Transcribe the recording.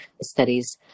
studies